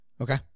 Okay